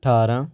ਅਠਾਰਾਂ